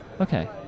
Okay